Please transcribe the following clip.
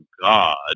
God